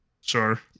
Sure